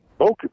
okay